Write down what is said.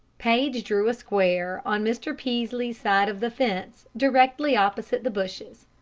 paige drew a square on mr. peaslee's side of the fence, directly opposite the bushes.